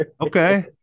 Okay